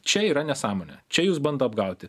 čia yra nesąmonė čia jus bando apgauti